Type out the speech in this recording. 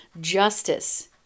Justice